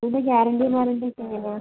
ഇതിൻ്റ ഗ്യാരണ്ടീന്ന് പറയുമ്പം എത്രയാണ് വരുക